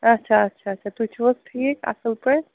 اَچھا اچھا اَچھا تُہۍ چھُو حظ ٹھیٖک اَصٕل پٲٹھۍ